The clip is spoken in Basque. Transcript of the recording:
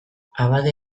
abade